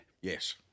Yes